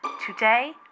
today